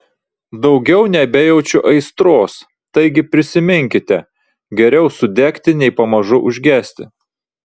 daugiau nebejaučiu aistros taigi prisiminkite geriau sudegti nei pamažu užgesti